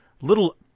little